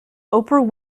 oprah